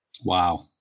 Wow